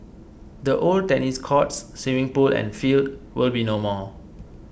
the old tennis courts swimming pool and field will be no more